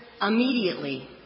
immediately